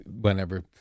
Whenever